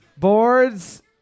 Boards